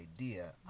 idea